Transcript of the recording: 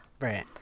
Right